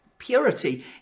Purity